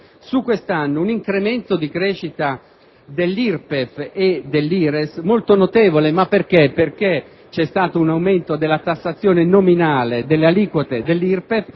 quest'anno un incremento di crescita dell'IRPEF e dell'IRES molto notevole. Ma perché? Perché c'è stato un aumento della tassazione nominale delle aliquote dell'IRPEF